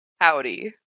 Howdy